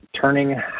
turning